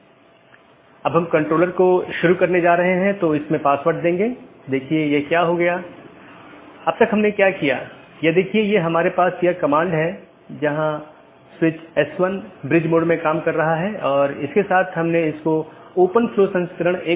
तो इसका मतलब है एक बार अधिसूचना भेजे जाने बाद डिवाइस के उस विशेष BGP सहकर्मी के लिए विशेष कनेक्शन बंद हो जाता है और संसाधन जो उसे आवंटित किये गए थे छोड़ दिए जाते हैं